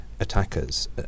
Attackers